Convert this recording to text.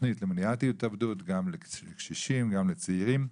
תוכנית למניעת התאבדות, גם לקשישים, גם לצעירים.